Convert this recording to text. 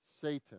Satan